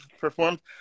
performed